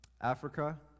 africa